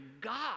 God